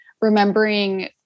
remembering